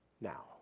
now